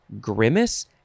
Grimace